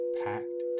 packed